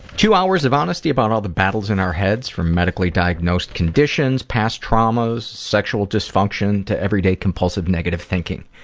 two hours of honesty about all the battles in our heads, from medically diagnosed conditions, past traumas, sexual dysfunction, to everyday compulsive negative thinking.